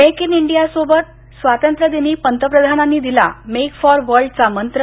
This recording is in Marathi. मेक इन इंडियासोबत स्वातंत्र्यदिनी पंतप्रधानांनी दिला मेक फॉर वर्ल्डचा मंत्र